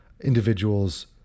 individuals